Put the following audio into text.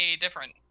different